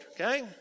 okay